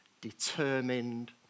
determined